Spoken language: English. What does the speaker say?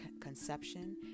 conception